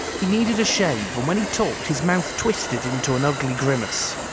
he needed a shave, and when he talked, his mouth twisted into an ugly grimace.